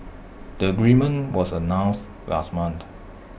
the agreement was announced last month